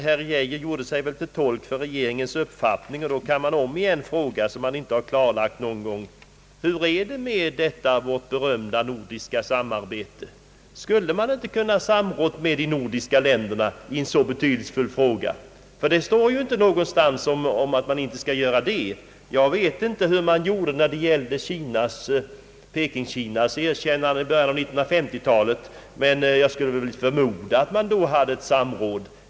Herr Geijer gjorde sig väl till tolk för regeringens uppfattning, och därför finns det anledning att om igen fråga, eftersom han inte har kommit med något klarläggande på den punkten: Hur är det med vårt berömda nordiska samarbete? Hade det inte varit möjligt att samråda med de övriga nordiska länderna i en så betydelsefull fråga? Det finns ingenting skrivet om att så inte kan ske. Jag vet inte hur man gjorde när det gällde Peking-Kinas erkännande i början av 1950-talet. Jag förmodar att man då hade samråd.